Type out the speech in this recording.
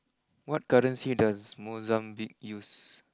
what currency does Mozambique use